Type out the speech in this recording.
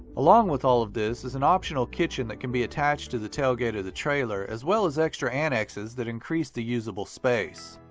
along with all of this is an optional kitchen that can be attached to the tailgate of the trailer as well as extra annexes that increase the usable space.